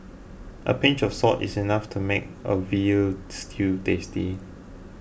a pinch of salt is enough to make a Veal Stew tasty